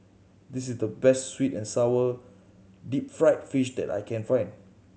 this is the best sweet and sour deep fried fish that I can find